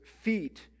feet